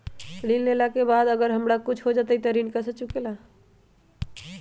ऋण लेला के बाद अगर हमरा कुछ हो जाइ त ऋण कैसे चुकेला?